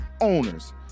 owners